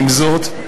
עם זאת,